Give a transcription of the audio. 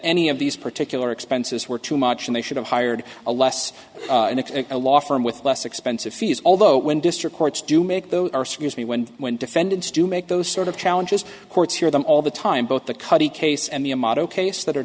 any of these particular expenses were too much and they should have hired a less a law firm with less expensive fees although when district courts do make those or scuse me when when defendants do make those sort of challenges courts hear them all the time both the cutty case and the a model case that are